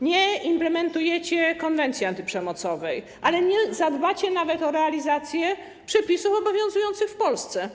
Nie implementujecie konwencji antyprzemocowej, ale nie zadbacie nawet o realizację przepisów obowiązujących w Polsce.